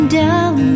down